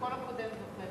וכל הקודם זוכה בעצם.